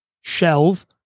shelve